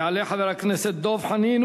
יעלה חבר הכנסת דב חנין,